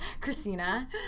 Christina